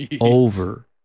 over